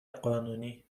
قانونی